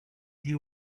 you